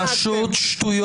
פשוט שטויות.